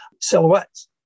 silhouettes